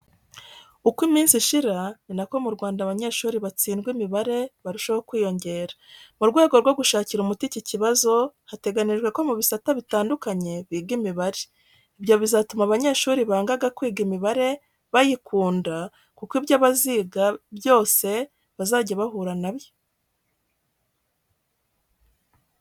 Uko iminsi ishira, ninako mu Rwanda abanyeshuri batsindwa imibare, barushaho kwiyongera. Mu rwego rwo gushakira umuti iki kibazo, hateganyijwe ko mu bisata bitandukanye biga imibare. Ibyo bizatuma abanyeshuri bangaga kwiga imibare bayikunda kuko ibyo baziga byose bazajya bahura na yo.